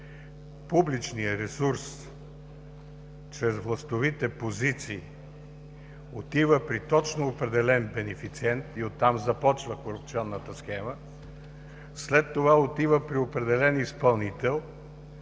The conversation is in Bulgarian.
Публичният ресурс чрез властовите позиции отива при точно определен бенефициент и от там започва корупционната схема, след това отива при определен изпълнител.